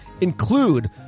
include